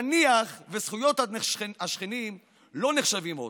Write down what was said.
נניח שזכויות השכנים לא נחשבות עוד,